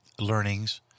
learnings